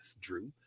Drew